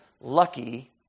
lucky